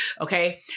Okay